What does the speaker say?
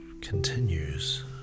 continues